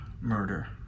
murder